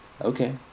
Okay